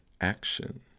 action